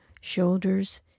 shoulders